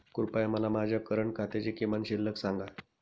कृपया मला माझ्या करंट खात्याची किमान शिल्लक सांगा